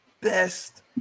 best